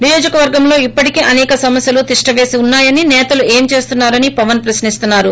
నియోజకవర్గంలో ఇప్పటికీ అసేక సమస్యలు తిష్ణవేసి ఉన్నాయని సేతలు ఏం చేస్తున్నారని పవన్ ప్రశ్నిస్తున్నారు